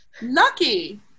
Lucky